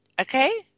okay